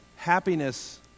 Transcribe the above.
Happiness